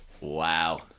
Wow